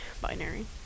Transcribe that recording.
binary